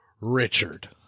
Richard